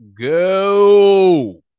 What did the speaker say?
go